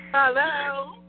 Hello